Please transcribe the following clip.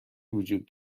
وجود